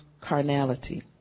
carnality